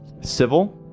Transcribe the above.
Civil